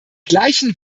gleichen